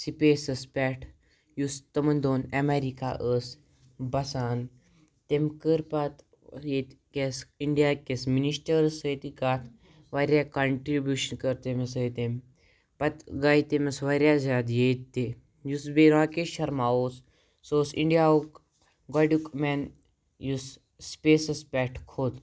سٕپیسَس پٮ۪ٹھ یُس تِمَن دۄہَن اٮ۪مَریکہ ٲس بَسان تٔمۍ کٔر پَتہٕ ییٚتہِ کِس اِنڈیا کِس مِنسٹَرَس سۭتی کَتھ وارِیاہ کَنٹِرٛبیوٗشَن کٔر تٔمِس سۭتۍ تَمہِ پَتہٕ گٔے تٔمِس وارِیاہ زیادٕ ییٚتہِ تہِ یُس بیٚیہِ راکیش شرما اوس سُہ اوس اِنڈیاہُک گۄڈیُک مٮ۪ن یُس سٕپیسَس پٮ۪ٹھ کھوٚت